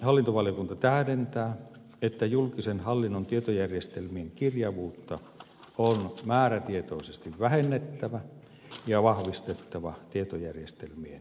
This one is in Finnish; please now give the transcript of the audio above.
hallintovaliokunta tähdentää että julkisen hallinnon tietojärjestelmien kirjavuutta on määrätietoisesti vähennettävä ja vahvistettava tietojärjestelmien yhteensopivuutta